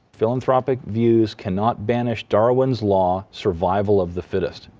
philanthropic views cannot banish darwin's law, survival of the fittest.